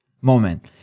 moment